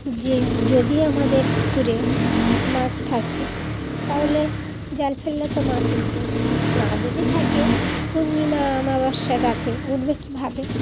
যে যদি আমাদের পুকুরে মাছ থাকে তাহলে জাল ফেললে তো মাছ উঠবে না যদি থাকে পূর্ণিমা অমাবস্যা উঠবে কীভাবে